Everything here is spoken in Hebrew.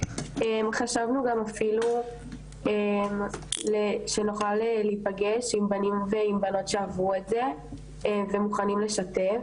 חשבנו גם אפילו שנוכל להיפגש עם בנים ובנות שעברו את זה ומוכנים לשתף.